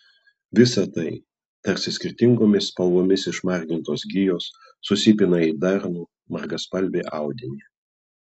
visa tai tarsi skirtingomis spalvomis išmargintos gijos susipina į darnų margaspalvį audinį